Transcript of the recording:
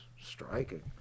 striking